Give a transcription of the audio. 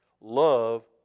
Love